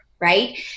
right